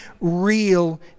real